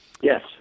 Yes